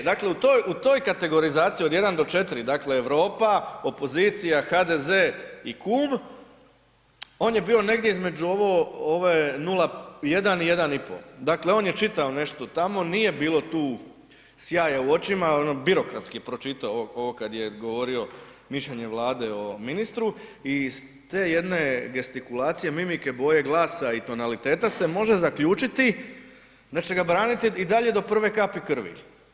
E, dakle u toj kategorizaciji od 1 do 4 dakle, Europa, opozicija, HDZ i kum, on je bio negdje između ove 0,1 i 1,5, dakle on je čitao nešto tamo, nije bilo tu sjaja u očima, ono birokratski je pročitao ovo kad je govorio mišljenje Vlade o ministru i iz te jedne gestikulacije, mimike, boje glasa i tonaliteta se može zaključiti da će ga braniti i dalje do prve kapi krvi.